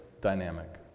dynamic